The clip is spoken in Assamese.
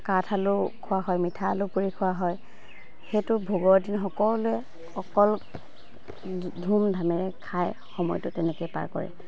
কাঠ আলু খোৱা হয় মিঠা আলু পুৰি খোৱা হয় সেইটো ভোগৰ দিন সকলোৱে অকল ধুম ধামেৰে খাই সময়টো তেনেকৈ পাৰ কৰে